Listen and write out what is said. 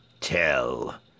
Tell